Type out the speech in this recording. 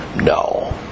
No